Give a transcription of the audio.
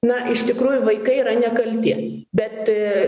na iš tikrųjų vaikai yra nekalti bet